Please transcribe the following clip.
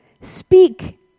Speak